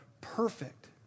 perfect